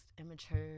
immature